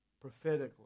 prophetically